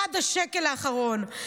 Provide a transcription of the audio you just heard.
עד השקל האחרון.